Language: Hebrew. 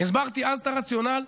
הסברתי אז את הרציונל.